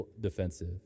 defensive